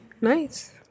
nice